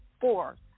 four